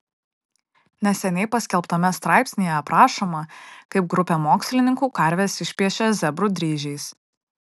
neseniai paskelbtame straipsnyje aprašoma kaip grupė mokslininkų karves išpiešė zebrų dryžiais